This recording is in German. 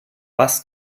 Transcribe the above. was